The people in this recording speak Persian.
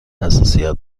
حساسیت